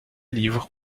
livres